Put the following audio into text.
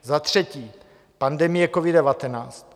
Za třetí pandemie covid19.